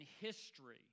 history